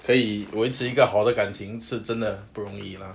可以维持一个好的感情是真的不容易 lah